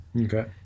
Okay